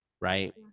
Right